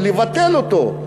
לבטל אותו.